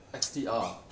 X_T_R ah